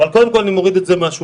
אבל אני קודם כל מוריד את זה מהשולחן.